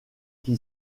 qui